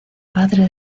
padre